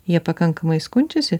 jie pakankamai skundžiasi